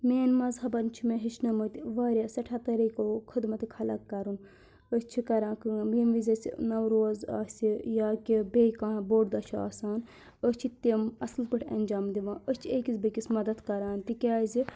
میٛٲنۍ مَذہبَن چھِ مےٚ ہیٚچھنٲمٕتۍ واریاہ سٮ۪ٹھاہ طریٖقو خدمت خلق کَرُن أسۍ چھِ کَران کٲم ییٚمۍ وِزِ اَسہِ نَوروز آسہِ یا کہِ بیٚیہِ کانٛہہ بوٚڑ دۄہ چھُ آسان أسۍ چھِ تِم اَصٕل پٲٹھۍ اَنجام دِوان أسۍ چھِ أکِس بیٚیہِ کِس مَدَتھ کَران تِکیٛازِ